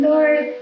Lord